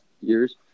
years